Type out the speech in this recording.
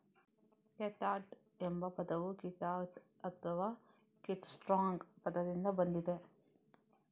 catgut ಎಂಬ ಪದವು kitgut ಅಥವಾ ಕಿಟ್ಸ್ಟ್ರಿಂಗ್ ಪದದಿಂದ ಬಂದಿದೆ